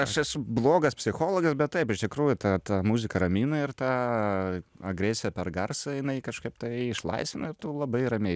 aš esu blogas psichologas bet taip iš tikrųjų ta ta muzika ramina ir tą agresiją per garsą jinai kažkaip tave išlaisvina ir tu labai ramiai